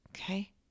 Okay